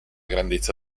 grandezza